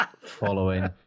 Following